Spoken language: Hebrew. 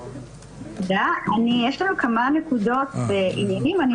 יש לנו כמה נקודות ועניינים,